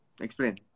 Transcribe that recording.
Explain